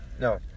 No